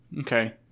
Okay